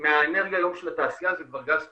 מהאנרגיה של התעשייה היום זה כבר גז טבעי.